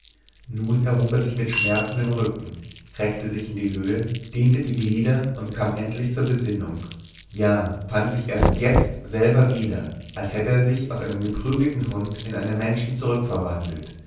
nun erhob er sich mit schmerzendem rücken reckte sich in die höhe dehnte die glieder und kam endlich zur besinnung ja fand sich jetzt erst selber wieder als hätte er sich aus einem geprügelten hund in einen menschen